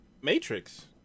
matrix